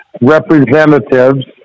representatives